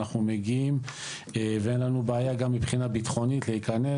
אנחנו מגיעים ואין לנו בעיה גם מבחינה ביטחונית להיכנס.